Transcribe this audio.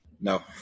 No